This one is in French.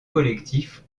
collectif